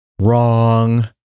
Wrong